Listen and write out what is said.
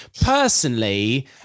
Personally